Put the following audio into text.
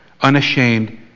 unashamed